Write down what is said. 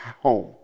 home